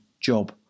job